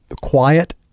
quiet